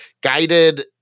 guided